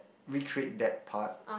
recreate that part